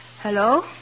Hello